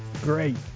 great